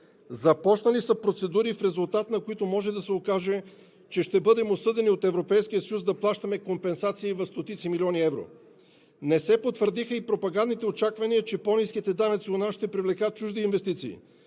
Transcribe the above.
Започнали са процедури, в резултат на които може да се окаже, че ще бъдем осъдени от Европейския съюз да плащаме компенсации в стотици милиони евро. Не се потвърдиха и пропагандните очаквания, че по-ниските данъци у нас ще привлекат чужди инвестиции.